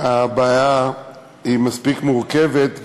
הבעיה מספיק מורכבת,